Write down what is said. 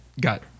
got